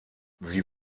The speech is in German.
sie